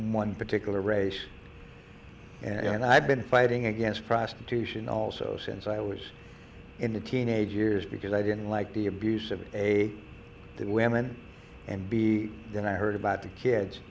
one particular race and i've been fighting against prostitution also since i was in the teenage years because i didn't like the abuse of a women and b then i heard about the kids